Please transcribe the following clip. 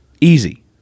Easy